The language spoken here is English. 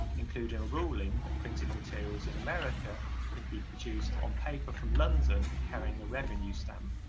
including a ruling that printed materials in america could be produced on paper from london carrying a revenue stamp.